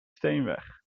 steenweg